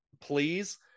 please